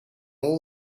all